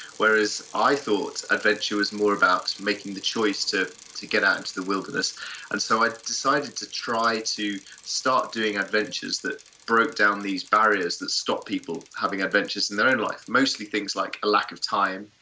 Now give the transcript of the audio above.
whereas i thought adventure was more about making the choice to to get out into the wilderness and so i decided to try to start doing adventures that broke down these barriers that stop people from having adventures in their own life. mostly things like lack of time,